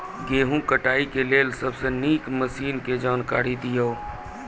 गेहूँ कटाई के लेल सबसे नीक मसीनऽक जानकारी दियो?